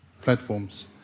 platforms